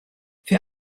für